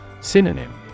Synonym